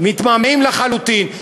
מתמהמהים לחלוטין,